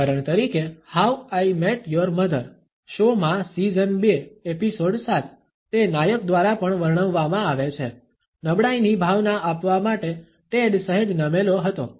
ઉદાહરણ તરીકે how I met your mother show માં સિઝન બે એપિસોડ સાત તે નાયક દ્વારા પણ વર્ણવવામાં આવે છે નબળાઈની ભાવના આપવા માટે ટેડ સહેજ નમેલો હતો